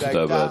תודה רבה,